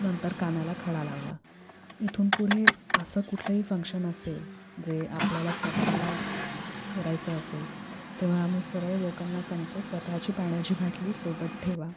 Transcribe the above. नंतर कानाला खडा लावला इथून पुढे असं कुठलंही फंक्शन असेल जे आपल्याला स्वतःला करायचं असेल तेव्हा आम्ही सरळ लोकांना सांगतो स्वतःची पाण्याची बाटली सोबत ठेवा